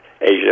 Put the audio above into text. Asia